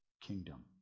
kingdom